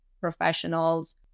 professionals